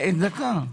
דקה.